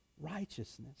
righteousness